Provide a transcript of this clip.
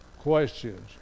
questions